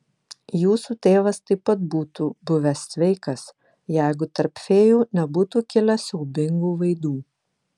jūsų tėvas taip pat būtų buvęs sveikas jeigu tarp fėjų nebūtų kilę siaubingų vaidų